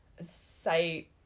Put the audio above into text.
Say